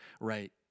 right